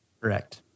Correct